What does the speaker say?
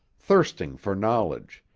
thirsting for knowledge,